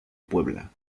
puebla